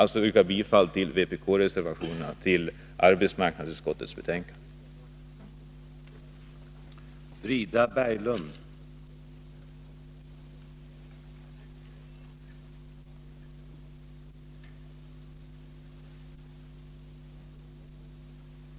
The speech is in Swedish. Jag yrkar alltså bifall till vpk-reservationerna till arbetsmarknadsutskottets betänkande nr 12.